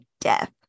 death